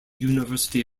university